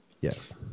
Yes